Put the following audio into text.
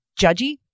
judgy